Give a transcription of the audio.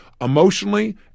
emotionally